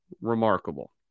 remarkable